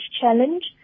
challenge